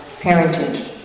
parentage